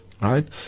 right